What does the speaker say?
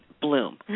bloom